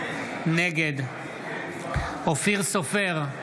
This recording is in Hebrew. נגד אופיר סופר,